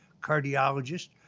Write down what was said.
cardiologist